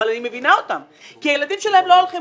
אבל אני מבינה אותם כי הילדים שלהם לא הולכים